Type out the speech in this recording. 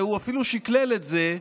והוא אפילו שקלל את זה,